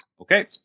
Okay